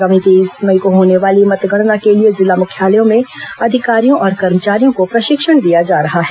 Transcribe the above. आगामी तेईस मई को होने वाली मतगणना के लिए जिला मुख्यालयों में अधिकारियों और कर्मचारियों को प्रशिक्षण दिया जा रहा है